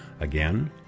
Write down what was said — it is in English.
Again